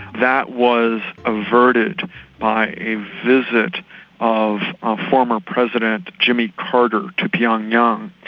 that was averted by a visit of a former president, jimmy carter, to pyongyang,